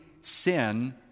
sin